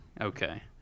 Okay